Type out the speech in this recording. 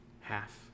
Half